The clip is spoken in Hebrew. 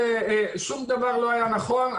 שום דבר לא היה נכון,